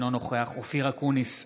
אינו נוכח אופיר אקוניס,